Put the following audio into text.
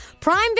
Prime